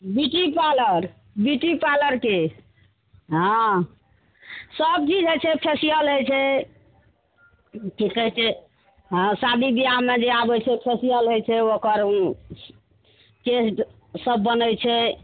beauty parlour beauty पार्लरके हँ सब चीज होइ छै फेसियल होइ छै की कहय छै हँ शादी बियाहमे जे आबय छै फेसियल होइ छै ओकर केश सब बनय छै